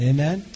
Amen